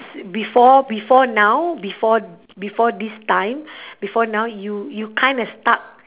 before before now before before this time before now you you kind of stuck